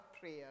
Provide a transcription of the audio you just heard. prayer